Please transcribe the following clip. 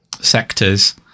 sectors